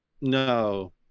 No